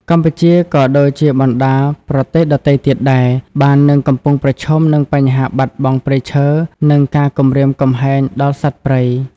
កម្ពុជាក៏ដូចជាបណ្ដាប្រទេសដទៃទៀតដែរ បាននឹងកំពុងប្រឈមនឹងបញ្ហាបាត់បង់ព្រៃឈើ និងការគំរាមកំហែងដល់សត្វព្រៃ។